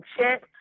check